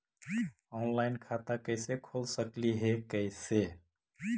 Online खाता कैसे खोल सकली हे कैसे?